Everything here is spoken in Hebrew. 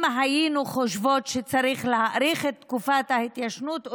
אם היינו חושבת שצריך להאריך את תקופת ההתיישנות,